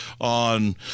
on